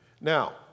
Now